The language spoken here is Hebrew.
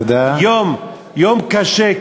יום קשה,